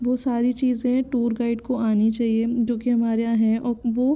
वो सारी चीज़ें टूर गाइड को आनी चाहिए जो कि हमारे यहाँ है और वो